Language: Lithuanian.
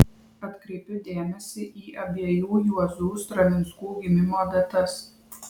atkreipiu dėmesį į abiejų juozų stravinskų gimimo datas